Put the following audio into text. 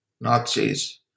Nazis